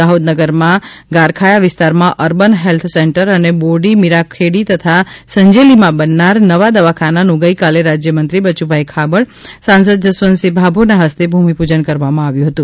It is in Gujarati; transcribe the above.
દાહોદ નગરમાં ગારખાયા વિસ્તારમાં અર્બન હેલ્થ સેન્ટર અને બોરડી મીરાખેડી તથા સંજેલીમાં બનનારા નવા દવાખાનાનું ગઇકાલે રાજ્ય મંત્રી બચુભાઇ ખાબડ સાંસદ જસવંતસિંહ ભાભોરના હસ્તે ભૂમિપૂજન કરવામાં આવ્યું હતું